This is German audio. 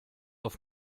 auf